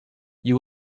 you